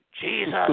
Jesus